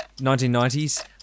1990s